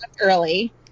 early